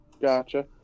gotcha